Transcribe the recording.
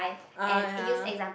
ah ya